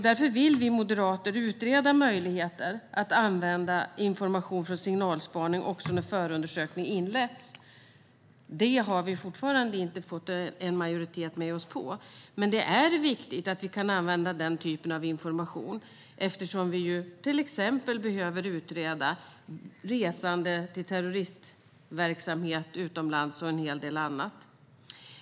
Därför vill vi moderater utreda möjligheter att använda information från signalspaning också när förundersökning har inletts. Det har vi fortfarande inte fått en majoritet med oss på, men det är viktigt att vi kan använda denna typ av information eftersom vi till exempel behöver utreda resande till terroristverksamhet utomlands och en hel del annat.